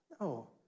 No